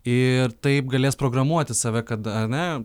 ir taip galės programuoti save kad ane